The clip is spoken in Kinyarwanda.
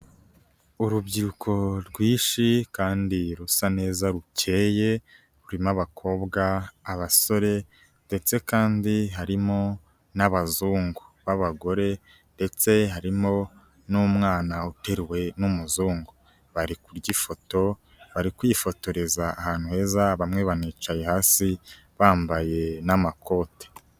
Urubyiruko rwinshi kandi rusa neza rukeye, rurimo abakobwa, abasore ndetse kandi harimo n'abazungu b'abagore ndetse harimo n'umwana uteruwe n'umuzungu. Bari kurya ifoto, bari kwifotoreza ahantu heza bamwe banicaye hasi bambaye n'amakoti.